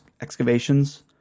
excavations